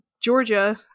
Georgia